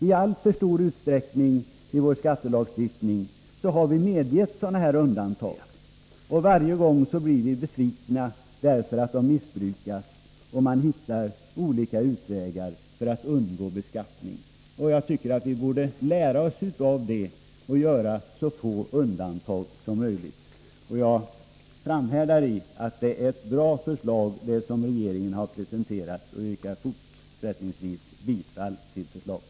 I alltför stor utsträckning har vi i vår skattelagstiftning medgett sådana här undantag, och varje gång blir vi besvikna därför att de missbrukas. Man hittar olika utvägar för att undgå beskattning. Vi borde lära oss av det och göra så få undantag som möjligt. Jag framhärdar i uppfattningen att det är ett bra förslag som regeringen har presenterat, och jag yrkar även fortsättningsvis bifall till förslaget.